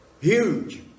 huge